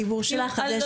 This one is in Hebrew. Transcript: זכות הדיבור היא שלך.